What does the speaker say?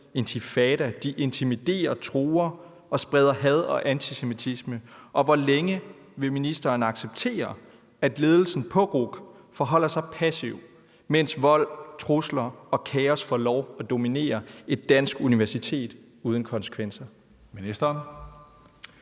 Intifada intimiderer, truer og spreder had og antisemitisme, og hvor længe vil ministeren acceptere, at ledelsen på RUC forholder sig passiv, mens vold, trusler og kaos får lov at dominere et dansk universitet uden konsekvenser? Skriftlig